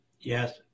Yes